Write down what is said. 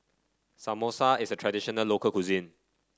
Samosa is a traditional local cuisine